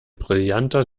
brillanter